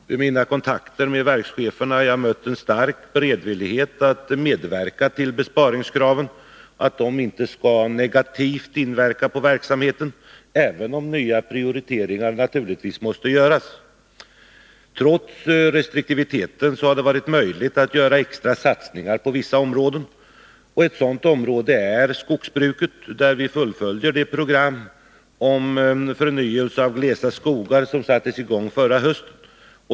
Vid mina kontakter med verkscheferna har jag mött en stark beredvillighet att medverka för att uppfylla besparingskraven, för att de inte skall inverka negativt på verksamheten, även om nya prioriteringar naturligtvis måste göras. Trots restriktiviteten har det varit möjligt att göra extra satsningar på vissa områden. Ett sådant område är skogsbruket, där vi fullföljer det program om förnyelse av glesa skogar som sattes i gång förra hösten.